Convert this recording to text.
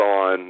on